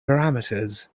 parameters